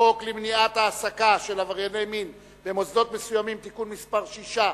חוק למניעת העסקה של עברייני מין במוסדות מסוימים (תיקון מס' 6),